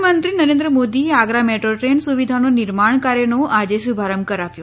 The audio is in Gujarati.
પ્રધાનમંત્રી નરેન્દ્ર મોદી એ આગ્રા મેટ્રો ટ્રેન સુવિધાનો નિર્માણ કાર્યનો આજે શુભારંભ કરાવ્યો